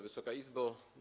Wysoka Izbo!